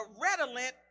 redolent